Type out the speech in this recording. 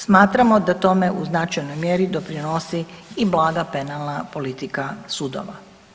Smatramo da tome u značajnoj mjeri doprinosi i blaga penalna politika sudova.